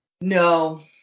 no